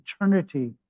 eternity